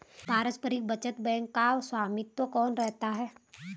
पारस्परिक बचत बैंक का स्वामित्व कौन करता है?